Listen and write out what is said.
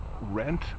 rent